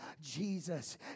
Jesus